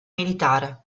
militare